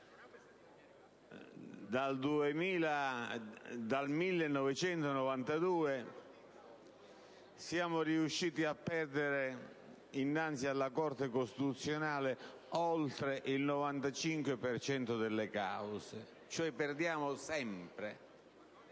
Dal 1992 siamo riusciti a perdere innanzi alla Corte costituzionale oltre il 95 per cento delle cause. Cioè, perdiamo sempre: